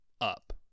up